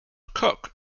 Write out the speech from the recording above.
cook